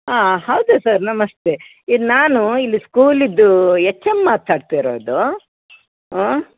ಹಾಂ ಹೌದು ಸರ್ ನಮಸ್ತೆ ಇದು ನಾನು ಇಲ್ಲಿ ಸ್ಕೂಲಿದು ಎಚ್ ಎಮ್ ಮಾತಾಡ್ತಿರೋದು ಹ್ಞೂ